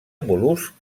mol·luscs